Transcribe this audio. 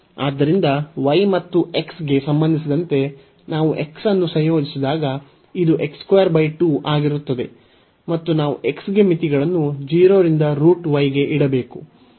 ಆದ್ದರಿಂದ y ಮತ್ತು x ಗೆ ಸಂಬಂಧಿಸಿದಂತೆ ನಾವು x ಅನ್ನು ಸಂಯೋಜಿಸಿದಾಗ ಇದು ಆಗಿರುತ್ತದೆ ಮತ್ತು ನಾವು x ಗೆ ಮಿತಿಗಳನ್ನು 0 ರಿಂದ ಗೆ ಇಡಬೇಕು